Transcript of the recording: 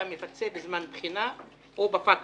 אתה מפצה בזמן בחינה או בפקטור,